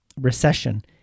recession